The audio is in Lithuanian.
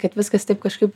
kad viskas taip kažkaip